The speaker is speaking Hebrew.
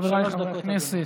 חבריי חברי הכנסת,